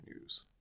news